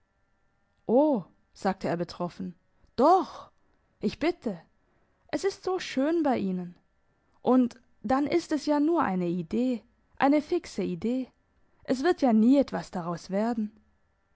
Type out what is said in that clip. sagte er betroffen doch ich bitte es ist so schön bei ihnen und dann ist es ja nur eine idee eine fixe idee es wird ja nie etwas daraus werden